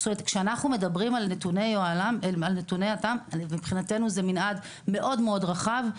זאת אומרת, מבחינתנו, זהו מנעד מאוד רחב.